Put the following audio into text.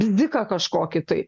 dziką kažkokį tai